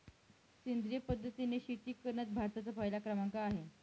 सेंद्रिय पद्धतीने शेती करण्यात भारताचा पहिला क्रमांक आहे